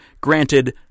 Granted